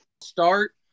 start